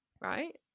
Right